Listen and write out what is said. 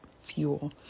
fuel